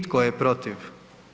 Tko je protiv?